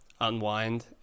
unwind